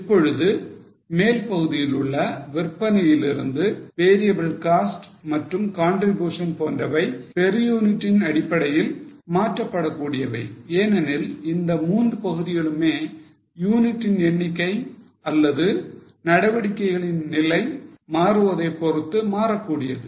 இப்பொழுது மேல் பகுதியிலுள்ள விற்பனையிலிருந்து variable cost மற்றும் contribution போன்றவை per unit ன் அடிப்படையில் மாற்ற படக்கூடியவை ஏனெனில் இந்த மூன்று பகுதிகளுமே யூனிட்டின் எண்ணிக்கை அல்லது நடவடிக்கையின் நிலை மாறுவதை பொறுத்து மாறக்கூடியது